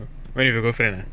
oh with your girlfriend ah